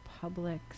public